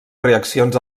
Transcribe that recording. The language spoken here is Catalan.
reaccions